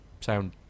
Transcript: sound